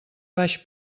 baix